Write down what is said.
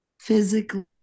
physically